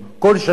כל שנה,